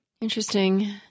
Interesting